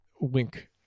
wink